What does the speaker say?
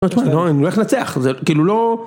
לא אני הולך לנצח זה כאילו לא